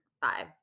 five